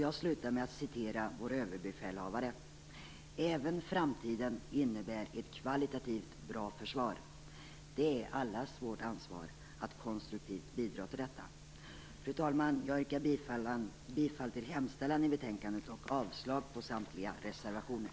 Avslutningsvis citerar jag vår Överbefälhavare: "Även framtiden innebär ett kvalitativt bra försvar." Det är allas vårt ansvar att konstruktivt bidra till detta! Fru talman! Jag yrkar bifall till hemställan i betänkandet och avslag på samtliga reservationer.